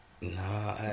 Nah